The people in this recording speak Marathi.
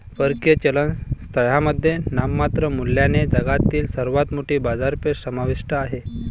परकीय चलन स्थळांमध्ये नाममात्र मूल्याने जगातील सर्वात मोठी बाजारपेठ समाविष्ट आहे